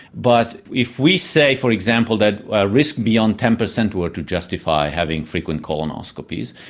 but if we say, for example, that a risk beyond ten per cent were to justify having frequent colonoscopies,